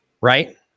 right